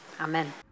amen